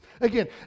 Again